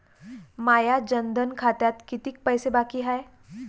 माया जनधन खात्यात कितीक पैसे बाकी हाय?